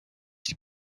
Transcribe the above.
die